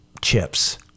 chips